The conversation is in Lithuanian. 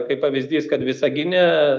kaip pavyzdys kad visagine